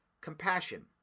compassion